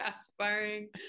aspiring